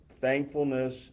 thankfulness